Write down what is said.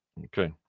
Okay